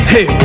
Hey